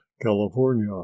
California